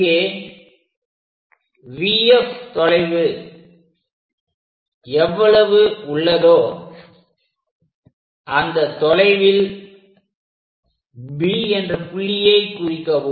இங்கே VF தொலைவு எவ்வளவு உள்ளதோ அந்த தொலைவில் B என்ற புள்ளியை குறிக்கவும்